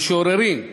המשוררים,